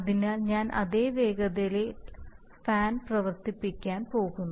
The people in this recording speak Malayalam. അതിനാൽ ഞാൻ അതേ വേഗതയിൽ ഫാൻ പ്രവർത്തിപ്പിക്കാൻ പോകുന്നു